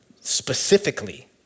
specifically